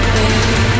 baby